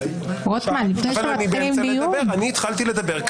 התחלתי לדבר.